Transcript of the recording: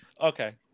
okay